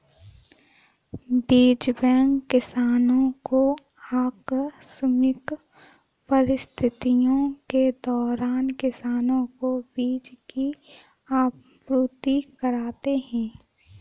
बीज बैंक किसानो को आकस्मिक परिस्थितियों के दौरान किसानो को बीज की आपूर्ति कराते है